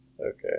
Okay